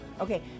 Okay